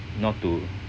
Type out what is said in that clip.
not to